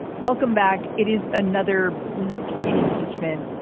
welcome back. it is another week in impeachment.